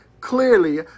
clearly